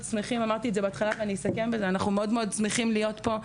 אמרתי את זה בהתחלה ואסכם בזה: אנחנו שמחים מאוד להיות פה,